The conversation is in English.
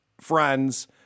friends